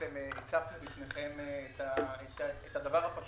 הצפנו בפניכם את הדבר הפשוט,